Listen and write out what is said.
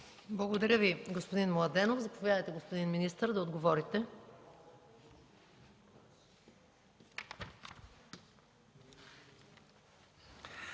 Благодаря Ви, господин Младенов. Заповядайте, господин министър, да отговорите.